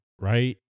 Right